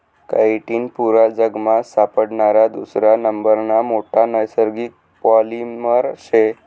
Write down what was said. chitin पुरा जगमा सापडणारा दुसरा नंबरना मोठा नैसर्गिक पॉलिमर शे